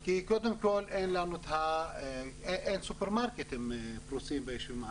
כי קודם כול אין סופרמרקטים פרוסים ביישובים ערביים,